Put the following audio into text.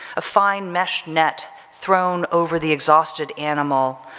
a fine mesh net thrown over the exhausted animal,